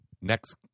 Next